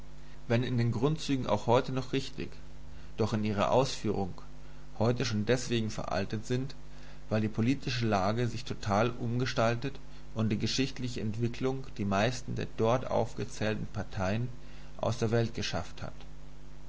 wenn in den grundzügen auch heute noch richtig doch in ihrer ausführung heute schon deswegen veraltet sind weil die politische lage sich total umgestaltet und die geschichtliche entwicklung die meisten der dort aufgezählten parteien aus der welt geschafft hat